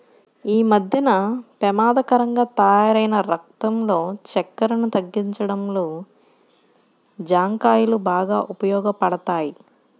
యీ మద్దెన పెమాదకరంగా తయ్యారైన రక్తంలో చక్కెరను తగ్గించడంలో జాంకాయలు బాగా ఉపయోగపడతయ్